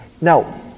Now